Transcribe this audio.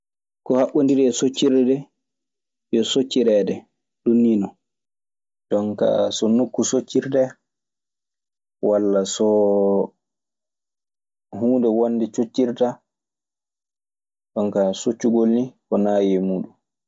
Ko haɓɓodiri e coccirɗe ɗee, yo soccireede ɗun nii non. Jon kaa so nokku soccirtee, walla so huunde wonnde coccirtaa. Jon kaa soccugol ko naayi e muuɗun.